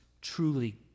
truly